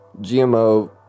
GMO